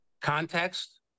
context